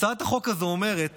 הצעת החוק הזו אומרת